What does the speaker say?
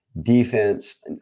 Defense